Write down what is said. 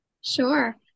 Sure